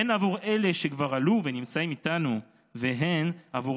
הן עבור אלה שכבר עלו ונמצאים איתנו והן עבור